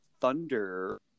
Thunder